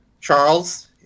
Charles